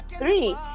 three